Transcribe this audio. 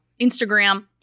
Instagram